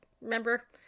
remember